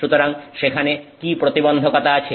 সুতরাং সেখানে কি প্রতিবন্ধকতা আছে